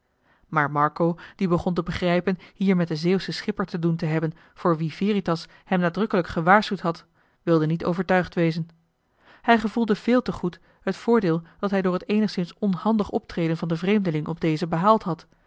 maar marco die begon te begrijpen hier met den zeeuwschen schipper te doen te hebben voor wien veritas hem nadrukkelijk gewaarschuwd had wilde niet overtuigd wezen hij gevoelde veel te goed het voordeel dat hij door het eenigszins onhandig optreden van den vreemdeling op dezen behaald had